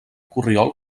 corriol